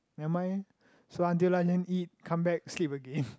never mind so until lunch them eat come back sleep again